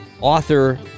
author